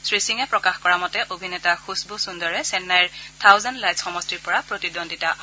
শ্ৰীসিঙে প্ৰকাশ কৰা মতে অভিনেতা খুছ্বু সুন্দৰে চেন্নাইৰ থাউজেণ্ড লাইট্ছ সমষ্টিৰ পৰা প্ৰতিদ্বন্দ্বিতা কৰিব